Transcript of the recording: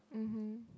mmhmm